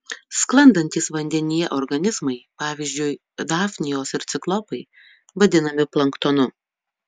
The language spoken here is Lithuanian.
sklandantys vandenyje organizmai pavyzdžiui dafnijos ir ciklopai vadinami planktonu